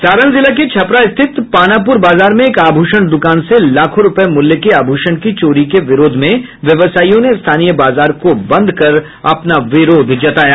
सारण जिला के छपरा स्थित पानापुर बाजार में एक आभूषण दूकान से लाखों रुपये मूल्य के आभूषण की चोरी के विरोध में व्यवसायियों ने स्थानीय बाजार को बंद कर अपना विरोध जताया